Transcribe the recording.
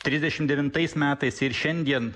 trisdešim devintais metais ir šiandien